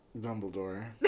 Dumbledore